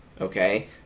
okay